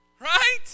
right